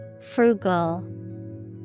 Frugal